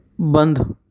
بند